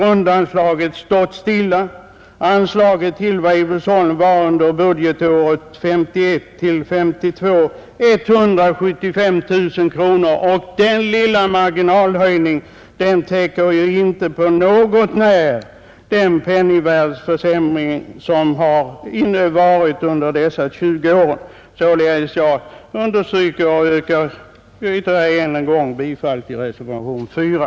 Under budgetåret 1951/52 var anslaget till Weibullsholm 175 000 kronor, och den lilla marginalhöjningen sedan dess täcker inte på något sätt den penningvärdeförsämring som har inträffat under dessa 20 år. Herr talman! Jag yrkar än en gång bifall till reservationen 4.